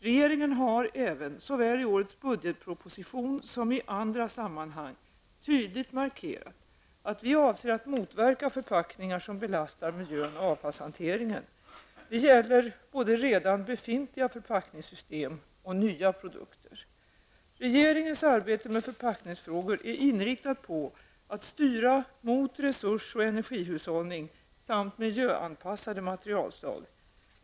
Regeringen har även, såväl i årets budgetproposition som i andra sammanhang, tydligt markerat att vi avser att motverka förpackningar som belastar miljön och avfallshanteringen. Det gäller både redan befintliga förpackningssystem och nya produkter. Regeringens arbete med förpackningsfrågor är inriktat på att styra mot resurs och energihushållning samt miljöanpassade materialslag.